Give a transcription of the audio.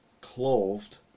clothed